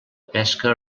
pesca